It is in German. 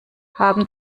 haben